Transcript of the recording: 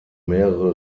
mehrere